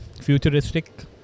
futuristic